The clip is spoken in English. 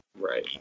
Right